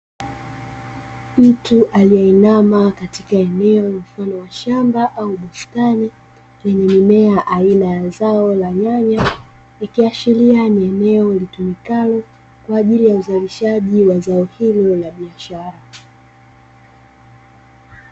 Mtu aliyeinama katika eneo, mfano wa shamba au bustani lenye mimea, aina ya zao la nyanya, ikiashiria ni eneo litumikalo kwa ajili ya uzalishaji wa zao hilo la biashara.